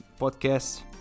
podcast